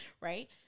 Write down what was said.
Right